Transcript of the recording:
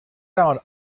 down